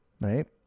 right